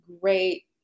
great